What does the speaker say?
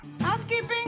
Housekeeping